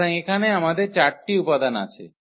সুতরাং এখানে আমাদের 4 টি উপাদান আছে